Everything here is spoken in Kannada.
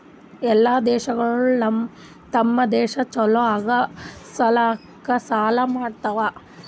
ಎಲ್ಲಾ ದೇಶಗೊಳ್ ತಮ್ ದೇಶ ಛಲೋ ಆಗಾ ಸಲ್ಯಾಕ್ ಸಾಲಾ ಮಾಡ್ಯಾವ್